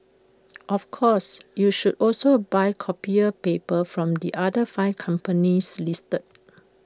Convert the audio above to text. of course you should also buy copier paper from the other five companies listed